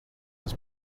his